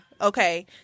okay